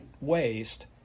waste